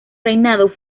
reinado